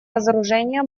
разоружения